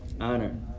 honor